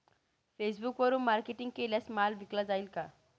फेसबुकवरुन मार्केटिंग केल्यास माल विकला जाईल का?